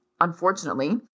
Unfortunately